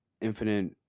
infinite